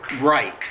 right